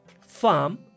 farm